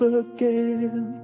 again